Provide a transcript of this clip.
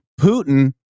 Putin